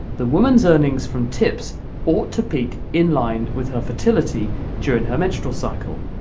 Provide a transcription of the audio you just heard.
the woman's earnings from tips ought to peak in line with her fertility during her menstrual cycle.